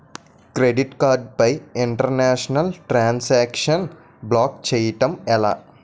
Credit card పై international transaction block చేయటం ఎలా?